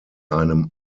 einem